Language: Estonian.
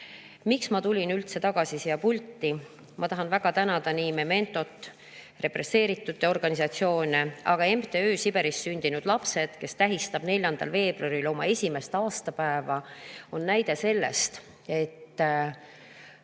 ma tulin üldse tagasi siia pulti? Ma tahan väga tänada Mementot, represseeritute organisatsioone. Aga Siberis sündinud laste MTÜ, kes tähistab 4. veebruaril oma esimest aastapäeva, on näide sellest, et